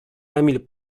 emil